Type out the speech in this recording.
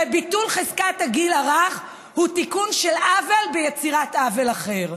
וביטול חזקת הגיל הרך הוא תיקון של עוול ביצירת עוול אחר.